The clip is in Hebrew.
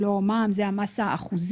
המס.